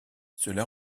cela